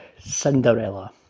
Cinderella